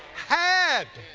had,